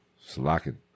Slacking